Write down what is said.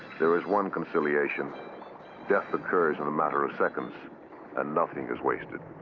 there is one conciliation death occurs in a matter of seconds and nothing is wasted.